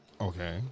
Okay